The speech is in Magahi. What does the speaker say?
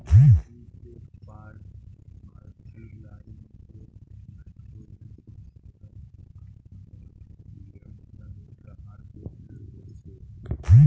एन.पी.के फ़र्टिलाइज़रोत नाइट्रोजन, फस्फोरुस आर पोटासियम तीनो रहार मिश्रण होचे